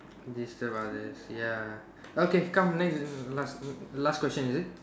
and you still about this ya okay come next last last question is it